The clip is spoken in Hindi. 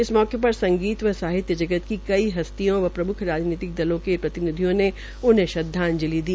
इस मौके पर संगीत जगत की कई हस्तियों व प्रम्ख राजनीतिक दलों के प्रतिनिधियों ने उन्हें श्रद्वाजंलि दी